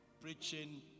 preaching